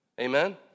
Amen